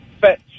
fetch